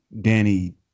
Danny